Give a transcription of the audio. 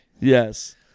Yes